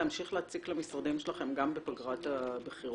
להמשיך ולהציק למשרדים שלכם גם בפגרת הבחירות.